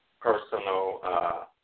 personal